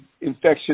infection